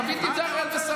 חוויתי את זה על בשרי.